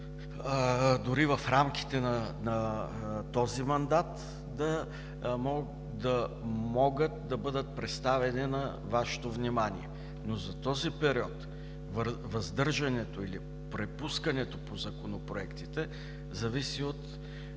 дори в рамките на този мандат да могат да бъдат представени на Вашето внимание, но за този период въздържането или препускането по законопроектите зависи от